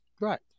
Right